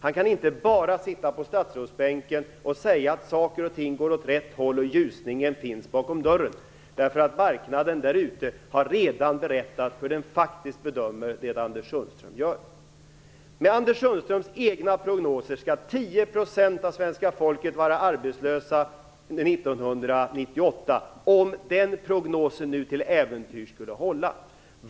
Han kan inte bara sitta på statsrådsbänken och säga att saker och ting går åt rätt håll och att ljusningen finns bakom dörren, därför att marknaden därute har redan berättat hur den faktiskt bedömer det som Anders Sundström gör. Med Anders Sundströms egna prognoser skall 10 % av svenska folket vara arbetslösa under 1998, om den prognosen nu till äventyrs skulle hålla.